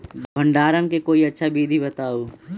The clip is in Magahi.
भंडारण के कोई अच्छा विधि बताउ?